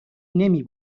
نمی